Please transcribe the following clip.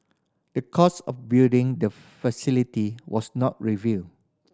the cost of building the facility was not revealed